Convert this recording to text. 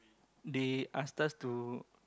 they asked us to